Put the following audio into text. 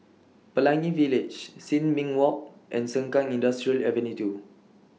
Pelangi Village Sin Ming Walk and Sengkang Industrial Avenue two